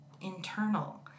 internal